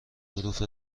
حروف